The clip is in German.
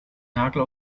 nagel